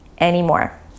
anymore